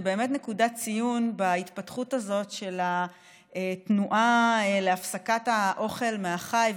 זה באמת נקודת ציון בהתפתחות הזאת של התנועה להפסקת האוכל מהחי,